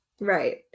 right